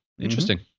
Interesting